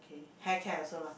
hair care also lah